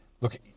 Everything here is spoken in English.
Look